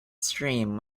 stream